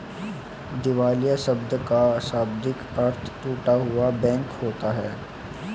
दिवालिया शब्द का शाब्दिक अर्थ टूटा हुआ बैंक होता है